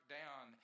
down